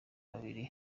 babiri